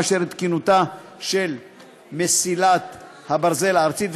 המאשר את תקינותה של מסילת הברזל הארצית,